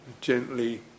gently